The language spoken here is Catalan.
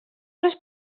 los